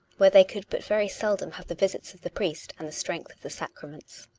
where they could but very seldom have the visits of the priest and the strength of the sacra ments.